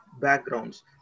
backgrounds